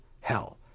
hell